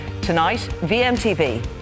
tonightVMTV